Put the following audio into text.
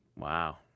Wow